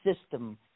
system